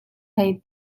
hlei